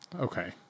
Okay